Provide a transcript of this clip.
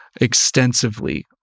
extensively